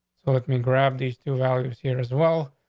so let me grab these two hours here as well.